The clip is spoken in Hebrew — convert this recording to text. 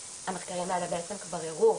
המחקרים האלה בעצם כבר הראו,